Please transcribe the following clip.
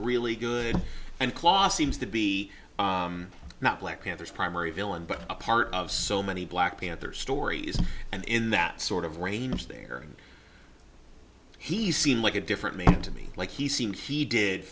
really good and claw seems to be not black and there's primary villain but a part of so many black panther stories and in that sort of range there he seemed like a different me to me like he seemed he did